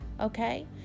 Okay